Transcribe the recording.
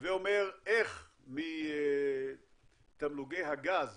הווה אומר איך מתמלוגי הגז